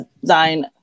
design